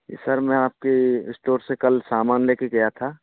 जी sir मैं आपके store से कल सामान ले कर गया था